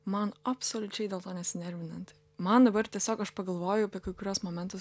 man absoliučiai dėl to nesinervinant man dabar tiesiog aš pagalvoju apie kai kuriuos momentus